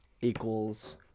equals